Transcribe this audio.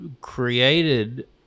created